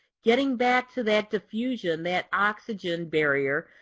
getting back to that diffusion, that oxygen barrier,